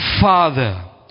Father